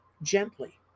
gently